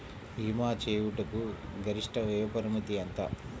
భీమా చేయుటకు గరిష్ట వయోపరిమితి ఎంత?